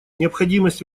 необходимость